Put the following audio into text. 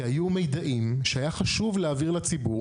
כי היו מיידעים שהיה חשוב להעביר לציבור